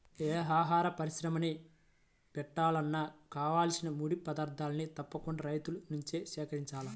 యే ఆహార పరిశ్రమని బెట్టాలన్నా కావాల్సిన ముడి పదార్థాల్ని తప్పకుండా రైతుల నుంచే సేకరించాల